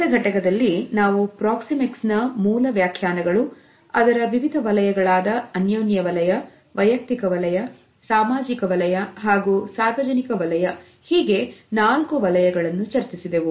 ಕಳೆದ ಘಟಕದಲ್ಲಿ ನಾವು ಪ್ರಾಕ್ಸಿಮಿಕ್ಸ್ ನ ಮೂಲ ವ್ಯಾಖ್ಯಾನಗಳು ಅದರ ವಿವಿಧ ವಲಯಗಳಾದ ಅನ್ಯೋನ್ಯ ವಲಯವೈಯಕ್ತಿಕ ವಲಯ ಸಾಮಾಜಿಕ ವಲಯ ಹಾಗೂ ಸಾರ್ವಜನಿಕ ವಲಯ ಹೀಗೆ ನಾಲ್ಕು ವಲಯಗಳನ್ನು ಚರ್ಚಿಸಿದೆವು